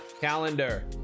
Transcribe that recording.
Calendar